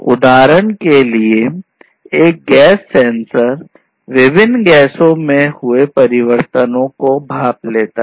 उदाहरण के लिए एक गैस सेंसर विभिन्न गैसों में हुए परिवर्तनों को भांप लेता है